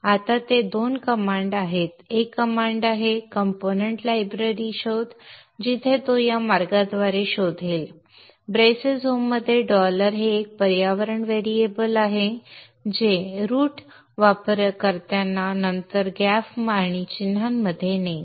आता येथे दोन कमांड आहेत एक कमांड आहे घटक लायब्ररी शोध जिथे तो या मार्गाद्वारे शोधेल ब्रेसेस होममध्ये डॉलर हे एक पर्यावरण व्हेरिएबल आहे जे रूट वापरकर्त्यांना नंतर gaf आणि चिन्हांमध्ये नेईल